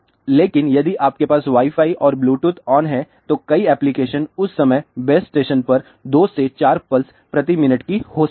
लेकिन यदि आपके पास वाई फाई और ब्लूटूथ ऑन है तो कई एप्लिकेशन उस समय बेस स्टेशन पर 2 से 4 पल्स प्रति मिनट की हो सकती हैं